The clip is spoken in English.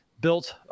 Built